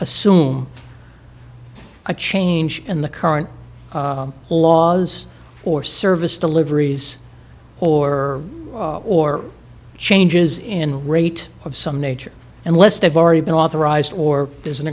assume a change in the current laws or service deliveries or or changes in rate of some nature unless they've already been authorized or there's an